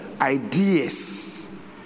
ideas